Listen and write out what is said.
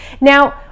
Now